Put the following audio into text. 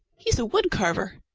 he's a wood carver.